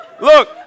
Look